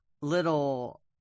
little